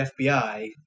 FBI